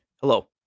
hello